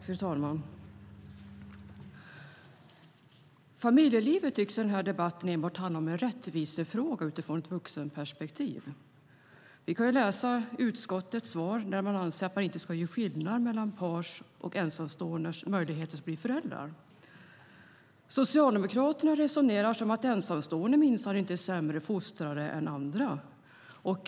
Fru talman! Familjelivet tycks i den här debatten enbart handla om en rättvisefråga utifrån ett vuxenperspektiv. Vi kan läsa utskottets svar där man anser att det inte ska göras skillnad mellan pars och ensamståendes möjligheter att bli föräldrar. Socialdemokraternas resonemang går ut på att ensamstående minsann inte är sämre fostrare än andra.